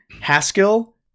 Haskell